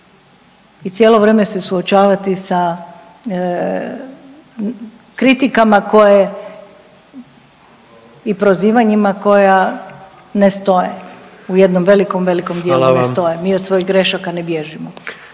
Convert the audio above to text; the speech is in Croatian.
i cijelo vrijeme se suočavati sa kritikama koje i prozivanjima koja ne stoje. U jednom velikom, velikom dijelu …/Upadica: Hvala vam./… ne stoje, mi od svojih grešaka ne bježimo.